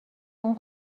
اون